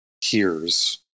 hears